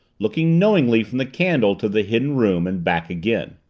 looking knowingly from the candle to the hidden room and back again.